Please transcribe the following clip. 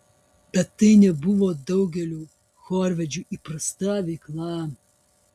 bet tai nebuvo daugeliui chorvedžių įprasta veikla